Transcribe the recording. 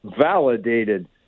validated